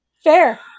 fair